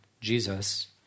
Jesus